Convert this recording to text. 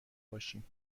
باشیم